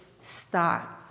stop